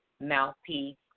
mouthpiece